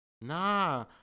Nah